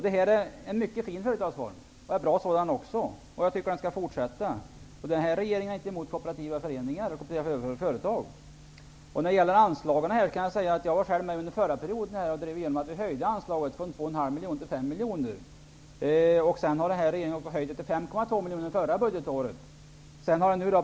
Det är en mycket fin och bra företagsform. Jag tycker att den skall få fortsätta. Regeringen är inte emot kooperativa föreningar och företag. Jag var själv under förra mandatperioden med och drev igenom en höjning av anslagen från 2,5 miljoner till 5 miljoner. Den nuvarande regeringen höjde förra budgetåret anslagen till 5,2 miljoner.